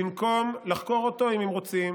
במקום לחקור אותו, אם הם רוצים,